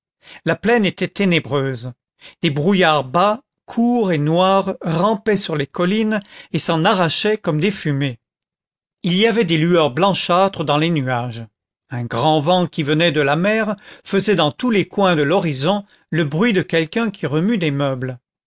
la plaine était ténébreuse des brouillards bas courts et noirs rampaient sur les collines et s'en arrachaient comme des fumées il y avait des lueurs blanchâtres dans les nuages un grand vent qui venait de la mer faisait dans tous les coins de l'horizon le bruit de quelqu'un qui remue des meubles